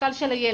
למשקל שלו,